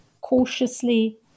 cautiously